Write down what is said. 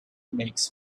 makes